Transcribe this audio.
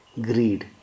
greed